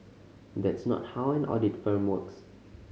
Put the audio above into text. that's not how an audit firm works